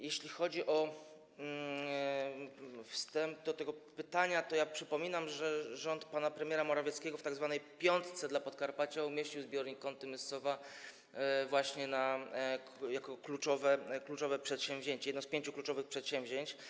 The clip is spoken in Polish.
Jeśli chodzi o wstęp do tego pytania, to ja przypominam, że rząd pana premiera Morawieckiego w tzw. piątce dla Podkarpacia umieścił zbiornik Kąty - Myscowa właśnie jako kluczowe przedsięwzięcie, jedno z pięciu kluczowych przedsięwzięć.